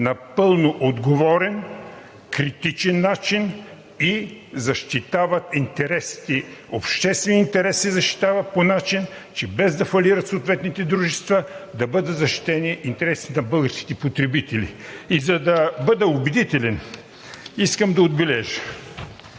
напълно отговорен, критичен начин и защитават обществените интереси, че без да фалират съответните дружества да бъдат защитени интересите на българските потребители. За да бъда убедителен, искам да отбележа,